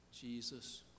Jesus